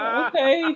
okay